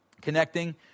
connecting